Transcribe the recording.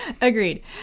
Agreed